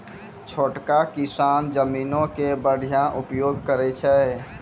छोटका किसान जमीनो के बढ़िया उपयोग करै छै